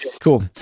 Cool